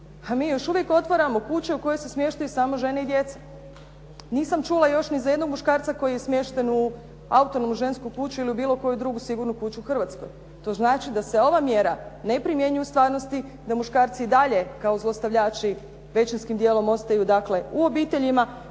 a mi još uvijek otvaramo kuće u koje se smještaju samo žene i djeca. Nisam čula još ni za jednog muškarca koji je smješten u autonomnu žensku kuću ili u bilo koju drugu sigurnu kuću u Hrvatskoj. To znači da se ova mjera ne primjenjuje u stvarnosti, da muškarci i dalje kao zlostavljači većinskim dijelom ostaju dakle u obiteljima